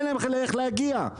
אין להם איך להגיע,